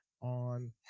on